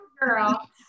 girl